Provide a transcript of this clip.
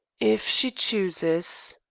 if she chooses.